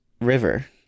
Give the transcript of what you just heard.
river